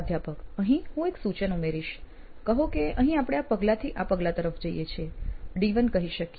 પ્રાધ્યાપક અહીં હું એક સૂચન ઉમેરીશ કહો કે અહીં આપણે આ પગલાંથી આ પગલાં તરફ જઈએ છીએ D1 કહી શકીએ